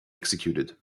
executed